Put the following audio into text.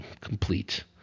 complete